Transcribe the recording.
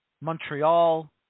Montreal